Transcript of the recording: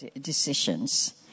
decisions